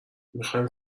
میخواییم